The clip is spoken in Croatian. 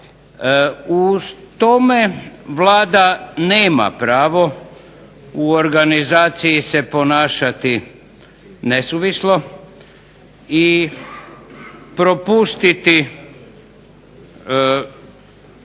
Uz tome Vlada nema pravo u organizaciji se ponašati nesuvislo i propustiti